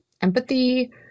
empathy